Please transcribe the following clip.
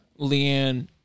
Leanne